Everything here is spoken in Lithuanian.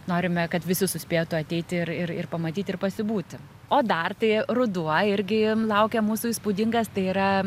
norime kad visi suspėtų ateiti ir ir pamatyti ir pasibūti o dar tai ruduo irgi laukia mūsų įspūdingas tai yra